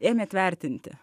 ėmėt vertinti